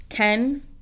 Ten